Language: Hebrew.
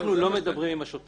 אנחנו לא מדברים עם השוטר.